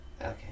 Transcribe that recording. Okay